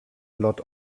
lot